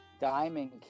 Diamond